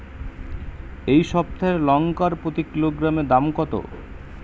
এই সপ্তাহের লঙ্কার প্রতি কিলোগ্রামে দাম কত?